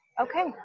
Okay